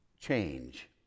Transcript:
change